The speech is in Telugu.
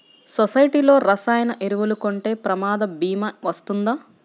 సొసైటీలో రసాయన ఎరువులు కొంటే ప్రమాద భీమా వస్తుందా?